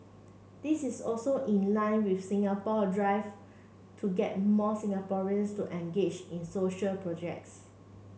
this is also in line with Singapore drive to get more Singaporeans to engage in social projects